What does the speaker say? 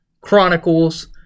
Chronicles